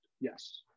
Yes